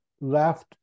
left